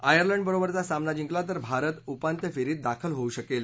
आयर्लंडबरोबरचा सामना जिंकला तर भारत उपांत्य फेरीत दाखल होऊ शकेल